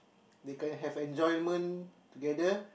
they can have enjoyment together